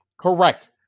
Correct